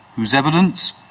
whose evidence,